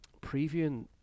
previewing